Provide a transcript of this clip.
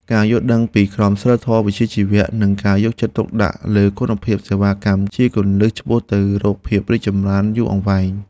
ការយល់ដឹងពីក្រមសីលធម៌វិជ្ជាជីវៈ និងការយកចិត្តទុកដាក់លើគុណភាពសេវាកម្មជាគន្លឹះឆ្ពោះទៅរកភាពរីកចម្រើនយូរអង្វែង។